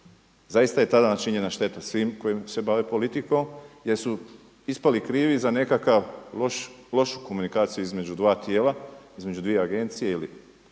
Zaista je tada načinjena šteta svim koji se bave politikom jer su ispali krivi za nekakav, lošu komunikaciju između dva tijela, između dvije agencije ili